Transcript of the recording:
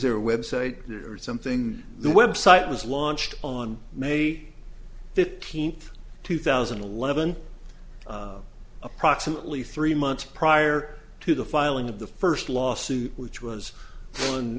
their website or something the website was launched on may fifteenth two thousand and eleven approximately three months prior to the filing of the first lawsuit which was